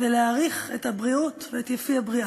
ולהעריך את הבריאות ואת יפי הבריאה,